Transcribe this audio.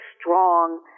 strong